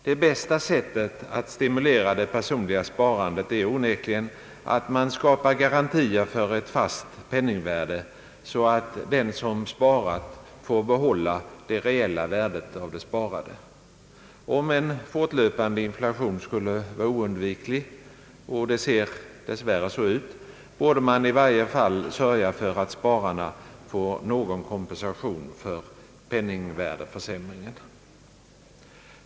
Det bästa sättet att stimulera det personliga sparandet är onekligen att man skapar garantier för ett fast penningvärde, så att den som sparar får behålla det reella värdet av det sparade. Om en fortlöpande inflation skulle vara oundviklig — det ser dess värre så ut — borde man i varje fall sörja för att spararna får något slags kompensation för penningvärdeförsämringen.